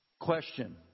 Question